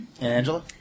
Angela